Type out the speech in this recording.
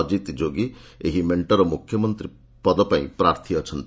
ଅକ୍କିତ୍ ଯୋଗୀ ଏହି ମେଣ୍ଟର ମୁଖ୍ୟମନ୍ତ୍ରୀ ପଦ ପାଇଁ ପ୍ରାର୍ଥୀ ଅଛନ୍ତି